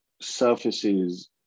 surfaces